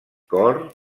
cor